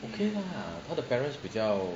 okay lah 他的 parents 比较